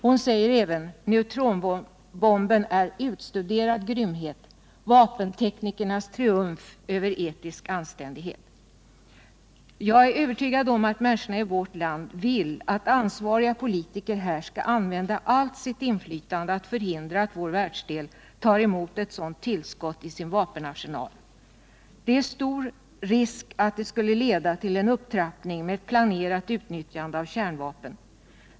Hon säger även: ”Neutronbomben är utstuderad grymhet — vapenteknikernas triumf över etisk anständighet.” Jag är övertygad om att människorna i vårt land vill att ansvariga politiker här skall använda allt sitt inflytande till att förhindra att vår världsdel tar emot ett sådant tillskott i sin vapenarsenal. Det är stor risk att det tillskottet skulle leda till en upptrappning av ett planerat utnyttjande av kärnvapen.